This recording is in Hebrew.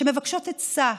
שמבקשות עצה,